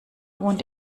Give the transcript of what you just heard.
wohnt